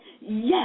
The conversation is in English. yes